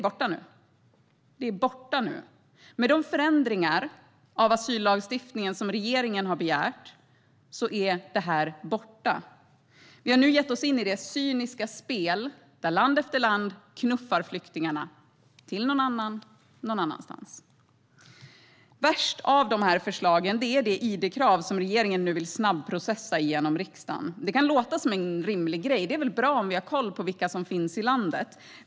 Med de förändringar av asyllagstiftningen som regeringen har begärt är det nu borta. Vi har nu gett oss in i det cyniska spel där land efter land knuffar flyktingarna till någon annan någon annanstans. Värst av förslagen är det id-krav som regeringen nu vill snabbprocessa igenom riksdagen. Det kan låta som en rimlig grej. Det är väl bra om vi har koll på vilka som finns i landet.